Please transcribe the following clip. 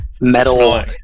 Metal